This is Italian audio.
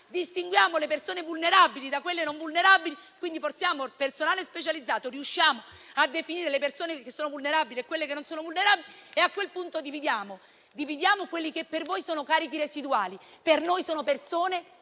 distinguiamo le persone vulnerabili da quelle non vulnerabili, portiamo personale specializzato, riusciamo a definire le persone che sono vulnerabili e quelle che non lo sono e a quel punto dividiamo? Dividiamo quelli che per voi sono carichi residuali, mentre per noi sono persone